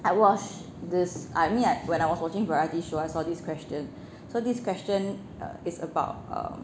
I watch this I mean I when I was watching variety show I saw this question so this question err is about um